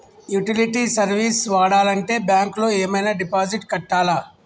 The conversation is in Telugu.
యుటిలిటీ సర్వీస్ వాడాలంటే బ్యాంక్ లో ఏమైనా డిపాజిట్ కట్టాలా?